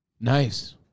Nice